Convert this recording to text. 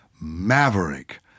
Maverick